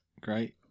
Great